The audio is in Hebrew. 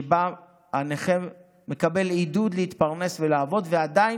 שבה הנכה מקבל עידוד להתפרנס ולעבוד ועדיין